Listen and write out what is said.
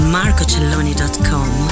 MarcoCelloni.com